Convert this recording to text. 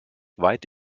weit